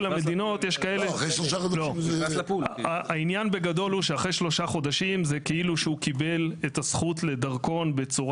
מאז שאדם מקבל את התור עד לקבלת הדרכון עצמו.